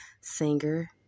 singer